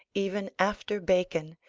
even after bacon,